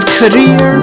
career